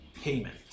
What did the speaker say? payment